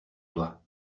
toi